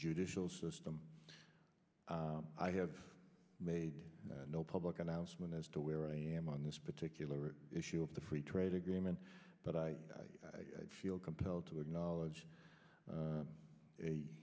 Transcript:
judicial system i have made no public announcement as to where i am on this particular issue of the free trade agreement but i feel compelled to acknowledge